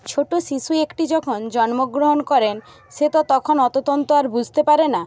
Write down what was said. ছোটো শিশু একটি যখন জন্মগ্রহণ করেন সে তো তখন অতো ততো আর বুঝতে পারে না